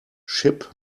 ship